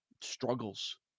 struggles